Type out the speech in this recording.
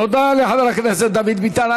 תודה לחבר הכנסת דוד ביטן.